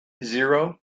zero